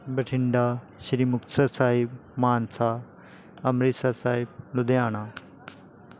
Bathinda Shri Muktsar Sahib Mansa Amritsar Sahib Ludhiana